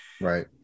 Right